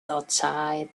outside